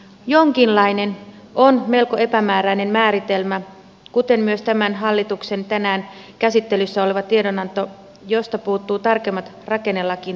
jonkinlainen on melko epämääräinen määritelmä kuten myös tämän hallituksen tänään käsittelyssä oleva tiedonanto josta puuttuvat tarkemmat rakennelakiin tulevat kriteerit